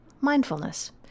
Mindfulness